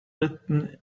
written